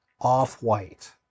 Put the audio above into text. off-white